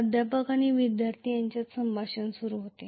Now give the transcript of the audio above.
प्राध्यापक आणि विद्यार्थी यांच्यात संभाषण सुरू होते